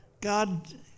God